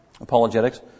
Apologetics